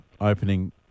opening